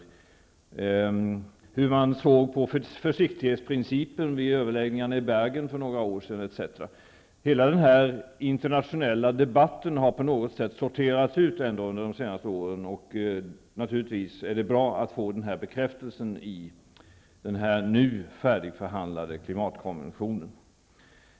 Det gällde t.ex. hur man såg på försiktighetsprincipen vid överläggningarna i Bergen för några år sedan. Hela denna internationella debatt har på något sätt retts ut de senaste åren, och det är naturligtvis bra att få denna bekräftelse i den nu färdigförhandlade klimatkonventionen.